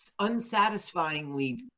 unsatisfyingly